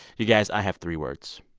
you guys, i have three words.